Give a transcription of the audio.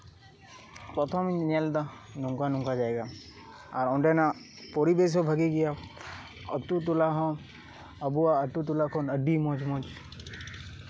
ᱯᱨᱚᱛᱷᱚᱢᱤᱧ ᱧᱮᱞᱫᱟ ᱱᱚᱝᱠᱟᱼᱱᱚᱝᱠᱟ ᱡᱟᱭᱜᱟ ᱟᱨ ᱚᱸᱰᱮᱱᱟᱜ ᱯᱚᱨᱤᱵᱮᱥ ᱦᱚᱸ ᱵᱷᱟᱜᱤ ᱜᱮᱭᱟ ᱟᱹᱛᱩᱼᱴᱚᱞᱟ ᱦᱚᱸ ᱟᱵᱚᱣᱟᱜ ᱟᱹᱛᱩᱼᱴᱚᱞᱟ ᱠᱚᱦᱚᱸ ᱟᱹᱰᱤ ᱢᱚᱸᱡᱼᱢᱚᱸᱡ